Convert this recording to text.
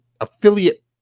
affiliate